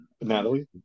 Natalie